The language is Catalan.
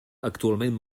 actualment